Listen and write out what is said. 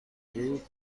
بود